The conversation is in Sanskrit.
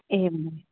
एवं